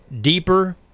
deeper